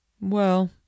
Well